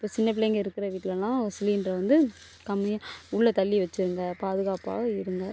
இப்போ சின்னப்பிள்ளைங்கள் இருக்கிற வீட்லலாம் சிலிண்டர் வந்து கம்மியாக உள்ளே தள்ளி வச்சிருங்க பாதுகாப்பாக இருங்க